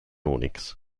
unix